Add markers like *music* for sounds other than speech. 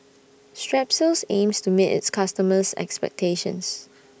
*noise* Strepsils aims to meet its customers' expectations *noise*